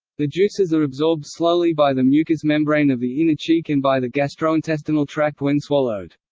the juices are absorbed slowly by the mucous membrane of the inner cheek and by the gastrointestinal tract when swallowed.